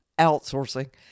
outsourcing